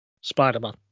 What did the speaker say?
Spider-Man